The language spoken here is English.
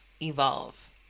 evolve